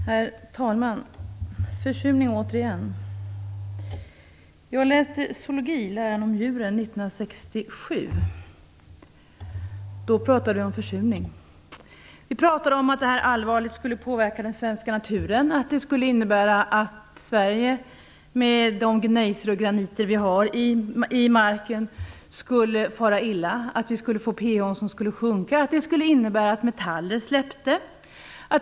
Herr talman! Återigen skall det handla om försurning. Jag läste zoologi, läran om djuren, 1967. Då pratade vi om försurning. Vi pratade om att försurningen allvarligt skulle påverka den svenska naturen. Det skulle innebära att Sverige, med de gnejser och graniter vi har i marken, skulle fara illa och att pH-värdena skulle sjunka. Det skulle innebära att metaller släppte.